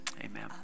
Amen